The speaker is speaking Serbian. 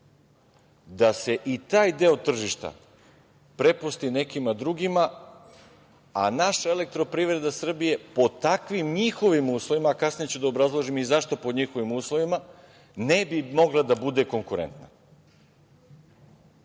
da se i taj deo tržišta prepusti nekim drugima, a naš EPS po takvim njihovim uslovima, kasnije ću da obrazložim i zašto pod njihovim uslovima, ne bi mogla da bude konkurentna. Morate